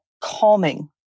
calming